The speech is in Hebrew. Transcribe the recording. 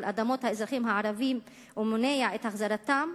אדמות האזרחים הערבים ומונע את החזרתן,